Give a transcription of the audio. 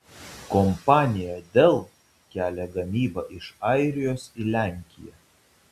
kompanija dell kelia gamybą iš airijos į lenkiją